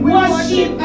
Worship